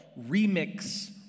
Remix